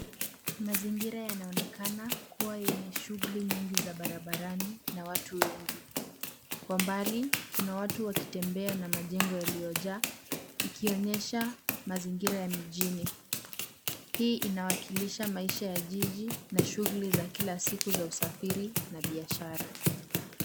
Mazingira yanaonekana kuwa yenye shughuli nyingi za barabarani na watu wengi. Kwa mbali kuna watu wakitembea na majengo yaliyojaa, ikionyesha mazingira ya mijini. Hii inawakilisha maisha ya jiji na shughuli za kila siku za usafiri na biashara.